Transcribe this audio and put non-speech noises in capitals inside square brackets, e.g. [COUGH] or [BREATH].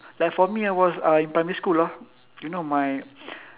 like for me I was uh in primary school ah you know my [BREATH]